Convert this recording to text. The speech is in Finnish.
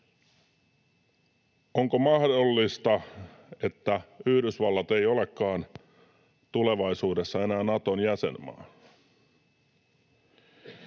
Onko mahdollista, että Yhdysvallat ei olekaan tulevaisuudessa enää Naton jäsenmaa?